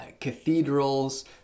cathedrals